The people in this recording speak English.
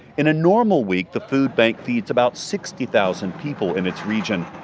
in a normal week, the food bank feeds about sixty thousand people in its region.